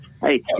Hey